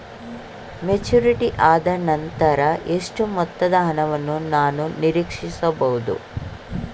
Maturity ಆದನಂತರ ಎಷ್ಟು ಮೊತ್ತದ ಹಣವನ್ನು ನಾನು ನೀರೀಕ್ಷಿಸ ಬಹುದು?